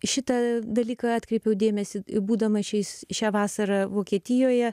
šitą dalyką atkreipiau dėmesį į būdama šiais šią vasarą vokietijoje